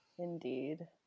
Indeed